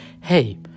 Hey